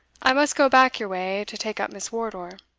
i must go back your way to take up miss wardour.